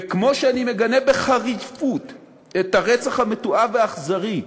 וכמו שאני מגנה בחריפות את הרצח המתועב והאכזרי,